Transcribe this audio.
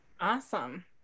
Awesome